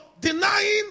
denying